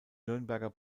nürnberger